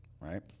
right